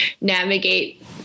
navigate